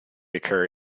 occur